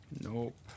Nope